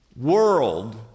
world